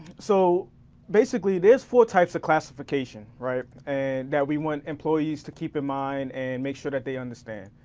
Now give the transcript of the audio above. so basically there's four types of classification, right? and that we want employees to keep in mind and make sure that they understand.